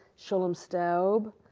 sholam staub,